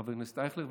חבר הכנסת אייכלר.